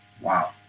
Wow